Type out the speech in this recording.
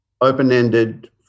open-ended